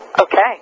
Okay